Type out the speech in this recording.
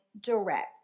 direct